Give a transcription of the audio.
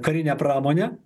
karinę pramonę